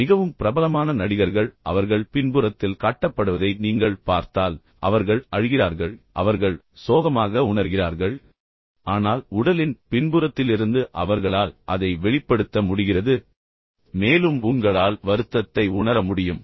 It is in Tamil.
மிகவும் பிரபலமான நடிகர்கள் அவர்கள் பின்புறத்தில் காட்டப்படுவதை நீங்கள் பார்த்தால் அவர்கள் அழுகிறார்கள் அவர்கள் சோகமாக உணர்கிறார்கள் ஆனால் உடலின் பின்புறத்திலிருந்து அவர்களால் அதை வெளிப்படுத்த முடிகிறது மேலும் உங்களால் வருத்தத்தை உணர முடியும்